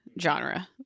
genre